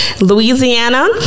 Louisiana